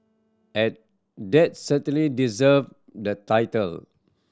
and that certainly deserve the title